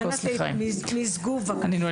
הישיבה ננעלה